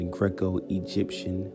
Greco-Egyptian